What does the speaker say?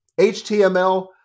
HTML